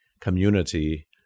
community